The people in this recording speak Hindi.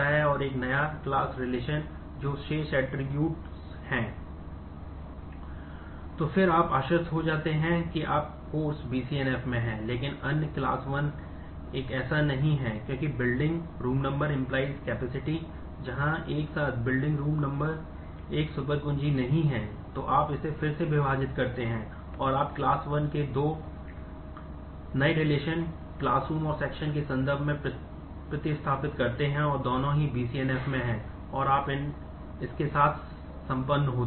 और फिर आप आश्वस्त हो जाते हैं कि course BCNF में है लेकिन अन्य class 1 ऐसा नहीं है क्योंकि classroom और section के संदर्भ में प्रतिस्थापित करते हैं और दोनों ही BCNF में हैं और आप इसके साथ संपन्न होते हैं